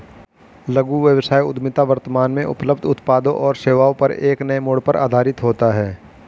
लघु व्यवसाय उद्यमिता वर्तमान में उपलब्ध उत्पादों और सेवाओं पर एक नए मोड़ पर आधारित होता है